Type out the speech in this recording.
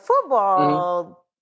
football